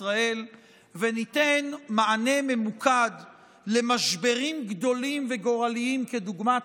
ישראל וניתן מענה ממוקד למשברים גדולים וגורליים כדוגמת